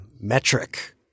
Metric